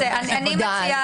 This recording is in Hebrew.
עבודה.